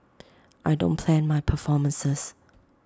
I don't plan my performances